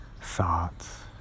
thoughts